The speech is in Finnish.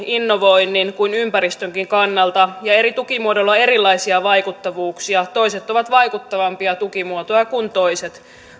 innovoinnin kuin ympäristönkin kannalta ja eri tukimuodoilla on erilaisia vaikuttavuuksia toiset ovat vaikuttavampia tukimuotoja kuin toiset